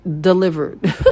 delivered